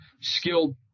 skilled